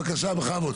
בבקשה, בכבוד.